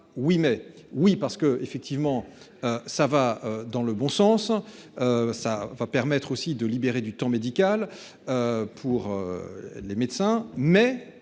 oui parce que effectivement. Ça va dans le bon sens. Ça va permettre aussi de libérer du temps médical. Pour. Les médecins mais,